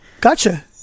Gotcha